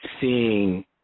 seeing